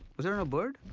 was it on a bird?